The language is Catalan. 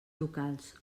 locals